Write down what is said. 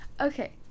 okay